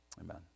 Amen